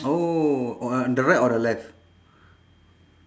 oh o~ on the right or the left